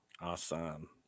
Awesome